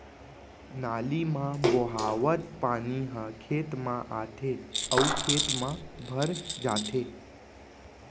नाली म बोहावत पानी ह खेत म आथे अउ खेत म भर जाथे